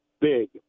big